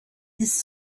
his